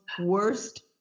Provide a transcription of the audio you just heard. worst